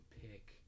pick